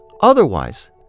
Otherwise